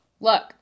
Look